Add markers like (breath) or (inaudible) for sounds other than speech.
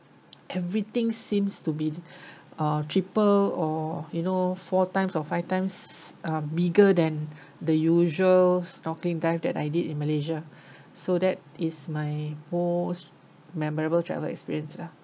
everything seems to be uh triple or you know four times or five times uh bigger than the usual snorkelling dive that I did in malaysia (breath) so that is my most memorable travel experience lah